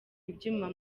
ibyuma